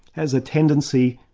has a tendency,